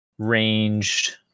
Ranged